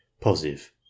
Positive